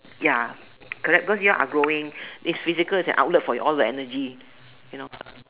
ya correct because your are growing is physical is an outlet for all your energy you know